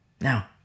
Now